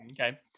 Okay